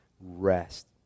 rest